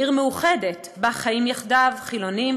בעיר מאוחדת שבה חיים יחדיו חילונים,